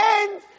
end